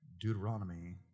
Deuteronomy